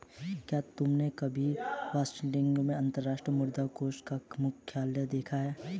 क्या तुमने कभी वाशिंगटन में अंतर्राष्ट्रीय मुद्रा कोष का मुख्यालय देखा है?